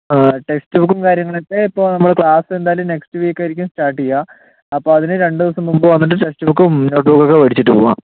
text ബുക്കും കാര്യങ്ങളും ഒക്കെ ഇപ്പോൾ നമ്മളെ ക്ലാസ്സ് എന്തായാലും നെക്സ്റ്റ് വീക്ക് ആയിരിക്കും സ്റ്റാർട്ട് ചെയ്യുക അപ്പോൾ അതിന് രണ്ടു ദിവസം മുമ്പ് വന്നിട്ട് ടെക്സ്റ്റ് ബുക്കും നോട്ട് ബുക്കും ഒക്കെ മേടിച്ചിട്ട് പോവുക